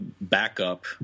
backup